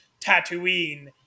Tatooine